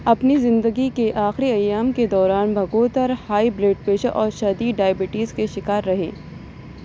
اپنی زندگی کے آخری ایام کے دوران بگوتھر ہائی بلڈ پریشر اور شدید ڈائبٹیز کی شکار رہی